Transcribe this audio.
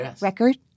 record